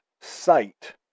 sight